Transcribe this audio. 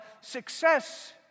success